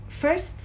first